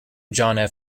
john